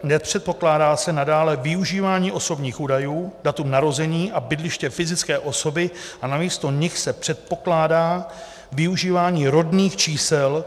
Nepředpokládá se nadále využívání osobních údajů, datum narození a bydliště fyzické osoby a namísto nich se předpokládá využívání rodných čísel.